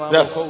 Yes